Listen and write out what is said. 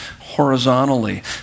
horizontally